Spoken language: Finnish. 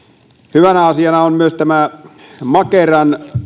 hyvänä asiana ovat myös makeran